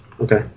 Okay